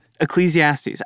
Ecclesiastes